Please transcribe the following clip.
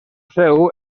seu